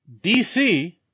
DC